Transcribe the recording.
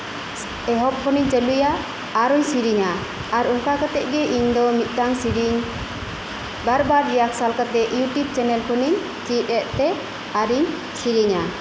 ᱮᱦᱚᱵ ᱠᱷᱚᱱᱤᱧ ᱪᱟᱹᱞᱩᱭᱟ ᱟᱨᱚᱧ ᱥᱮᱨᱮᱧᱟ ᱟᱫᱚ ᱚᱱᱠᱟ ᱠᱟᱛᱮᱜ ᱜᱮ ᱤᱧ ᱫᱚ ᱢᱤᱫᱴᱟᱱ ᱥᱮᱨᱮᱧ ᱵᱟᱨ ᱵᱟᱨ ᱨᱤᱭᱟᱞᱥᱮᱞ ᱠᱟᱛᱮᱜ ᱤᱧ ᱫᱚ ᱤᱭᱩᱴᱩᱵ ᱪᱮᱫ ᱮᱫ ᱛᱮ ᱟᱨᱤᱧ ᱥᱮᱨᱮᱧᱟ